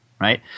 right